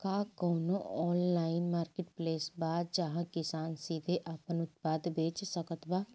का कउनों online marketplace बा जहां किसान सीधे आपन उत्पाद बेच सकत बा?